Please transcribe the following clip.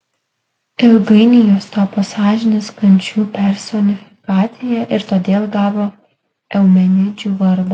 ilgainiui jos tapo sąžinės kančių personifikacija ir todėl gavo eumenidžių vardą